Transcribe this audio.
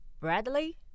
Bradley